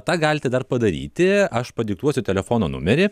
tą galite dar padaryti aš padiktuosiu telefono numerį